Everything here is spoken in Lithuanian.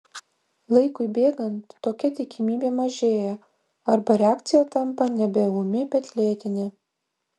laikui bėgant tokia tikimybė mažėja arba reakcija tampa nebe ūmi bet lėtinė